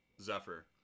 Zephyr